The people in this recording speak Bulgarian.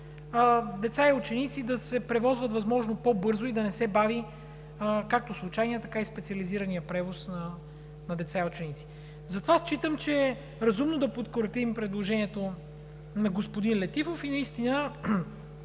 деца и ученици да се превозват възможно по-бързо и да не се бави както случайният, така и специализираният превоз на деца и ученици. Затова считам, че е разумно да подкрепим предложението на господин Летифов и наистина